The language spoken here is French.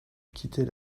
quitter